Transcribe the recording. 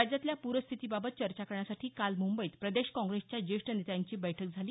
राज्यातल्या पूरस्थितीबाबत चर्चा करण्यासाठी काल मुंबईत प्रदेश काँग्रेसच्या ज्येष्ठ नेत्यांची बैठक झाली